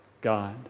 God